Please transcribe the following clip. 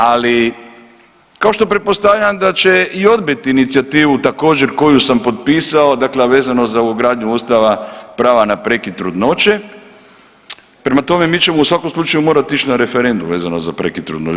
Ali, kao što pretpostavljam da će i odbiti inicijativu, također, koju sam potpisao, dakle a vezano za ugradnju Ustava prava na prekid trudnoće, prema tome, mi ćemo u svakom slučaju morat ići na referendum vezano za prekid trudnoće.